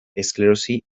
esklerosi